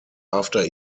after